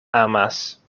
amas